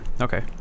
Okay